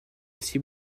aussi